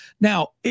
Now